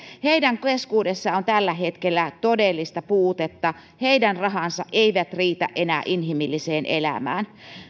heidän keskuudessaan on tällä hetkellä todellista puutetta heidän rahansa eivät riitä enää inhimilliseen elämään